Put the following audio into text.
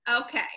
Okay